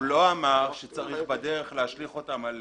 הוא לא אמר שצריך בדרך להשליך אותן על